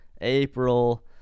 April